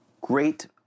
great